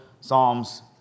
Psalms